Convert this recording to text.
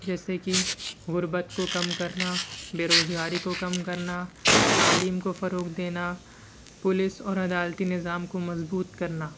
جیسے کہ غربت کو کم کرنا بےروزگاری کو کم کرنا تعلیم کو فروغ دینا پولس اور عدالتی نِظام کو مضبوط کرنا